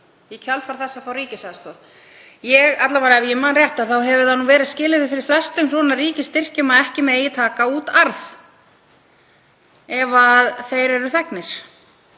í kjölfar þess að fá ríkisaðstoð. Ef ég man rétt þá hefur það verið skilyrði fyrir flestum svona ríkisstyrkjum að ekki megi taka út arð ef þeir eru þegnir.